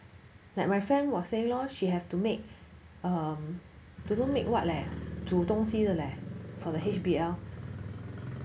like my friend will say lor she have to make um don't know make what leh 煮东西的 leh for the H_B_L